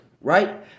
right